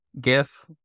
gif